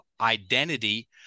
identity